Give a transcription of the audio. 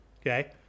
okay